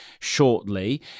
shortly